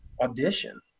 audition